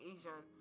Asian